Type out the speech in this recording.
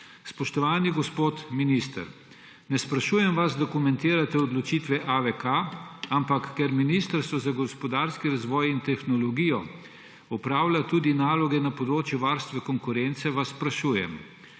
Spoštovani gospod minister, ne sprašujem vas, da komentirate odločitve AVK. Ker Ministrstvo za gospodarski razvoj in tehnologijo opravlja tudi naloge na področju varstva konkurence, vas sprašujem: